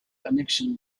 connection